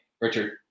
Richard